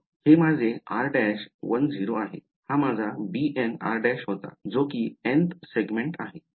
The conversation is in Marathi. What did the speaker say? हे माझे r' 1 0 आहे हा माझा bnr' होता जो कि nth segment आहे